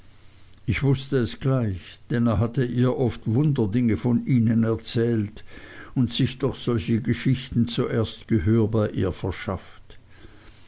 ich wußte es gleich denn er hatte ihr oft wunderdinge von ihnen erzählt und sich durch solche geschichten zuerst gehör bei ihr verschafft